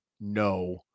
no